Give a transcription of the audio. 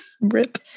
Rip